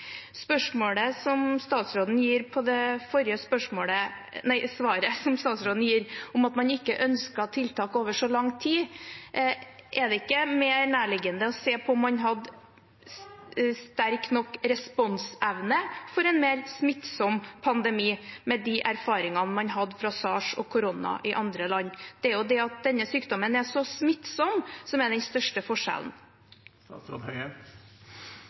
som statsråden ga på det forrige spørsmålet mitt, om at man ikke ønsket tiltak over så lang tid – er det ikke mer nærliggende å se på om man hadde sterk nok responsevne for en mer smittsom pandemi, med de erfaringene man hadde med SARS og korona i andre land? Det er jo det at denne sykdommen er så smittsom, som er den største forskjellen.